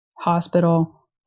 hospital